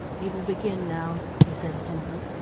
we will begin now, he said simply.